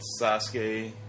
Sasuke